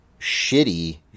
shitty